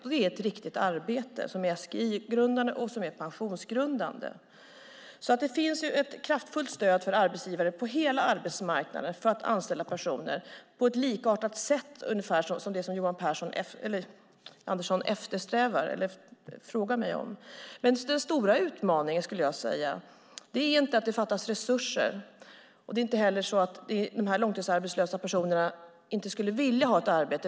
Och det är ett riktigt arbete som ger sjukpenninggrundande inkomst och pensionsgrundande inkomst. Det finns alltså ett kraftfullt stöd för arbetsgivare på hela arbetsmarknaden att anställa personer på ett likartat sätt. Det är ungefär som det som Johan Andersson frågar mig om. Men den stora utmaningen, skulle jag vilja säga, är inte att det fattas resurser. Det är inte heller så att de här långtidsarbetslösa personerna inte skulle vilja ha ett arbete.